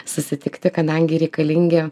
susitikti kadangi reikalingi